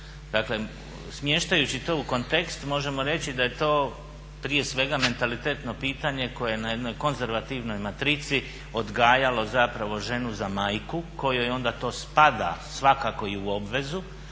Dakle smještajući to u kontekst možemo reći da je to prije svega mentalitetno pitanje koje na jednoj konzervativnoj matrici odgajalo zapravo ženu za majku kojoj onda to spada svakako i u obvezu,